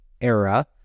era